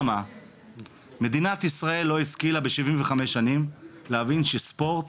מדינת ישראל לא השכילה ב-75 שנים להבין שספורט